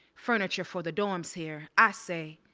furniture for the dorms here i say,